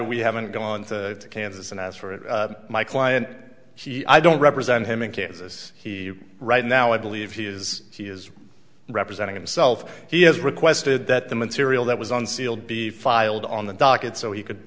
we haven't gone to kansas and asked for my client she i don't represent him in kansas he right now i believe he is he is representing himself he has requested that the material that was unsealed be filed on the docket so he could